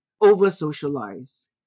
over-socialize